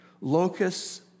Locusts